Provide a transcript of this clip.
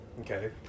Okay